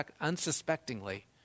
unsuspectingly